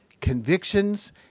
convictions